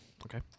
Okay